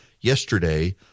yesterday